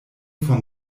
von